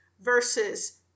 versus